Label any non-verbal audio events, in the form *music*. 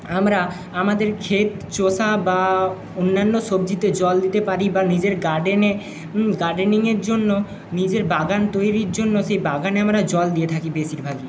আমরা আমাদের ক্ষেত *unintelligible* বা অন্যান্য সবজিতে জল দিতে পারি বা নিজের গার্ডেনে গার্ডেনিং এর জন্য নিজের বাগান তৈরির জন্য সেই বাগানে আমরা জল দিয়ে থাকি বেশিরভাগই